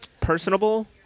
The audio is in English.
personable